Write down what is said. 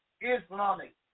Islamic